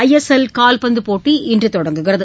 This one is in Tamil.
ஜஎஸ்எல் கால்பந்து போட்டி இன்று தொடங்குகிறது